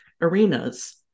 arenas